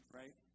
right